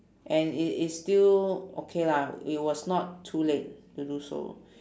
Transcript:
and it is still okay lah it was not too late to do so